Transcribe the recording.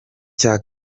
cya